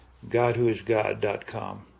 GodWhoIsGod.com